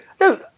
no